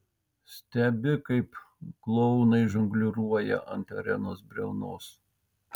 stebi kaip klounai žongliruoja ant arenos briaunos